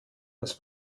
was